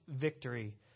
victory